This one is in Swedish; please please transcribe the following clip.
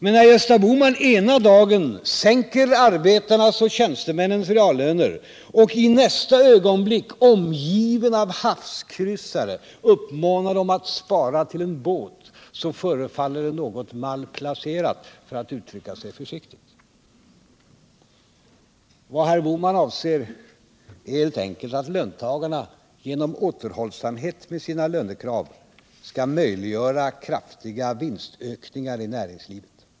Men när Gösta Bohman ena dagen sänker arbetarnas och tjänstemännens reallöner och i nästa ögonblick, omgiven av havskryssare, uppmanar dem att spara till en båt, så förefaller det mig något malplacerat, för att uttrycka sig försiktigt. Vad herr Bohman avser är helt enkelt att löntagarna genom återhållsamhet med sina lönekrav skall möjliggöra kraftiga vinstökningar i näringslivet.